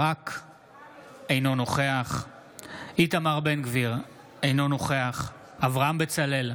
אינו נוכח איתמר בן גביר, אינו נוכח אברהם בצלאל,